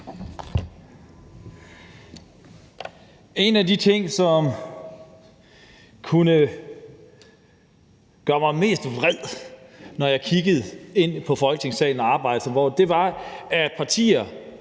En af de ting, som kunne gøre mig mest vred, når jeg kiggede ind på Folketingssalen og arbejdet derinde, var, at partier